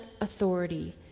authority